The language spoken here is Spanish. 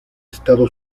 estado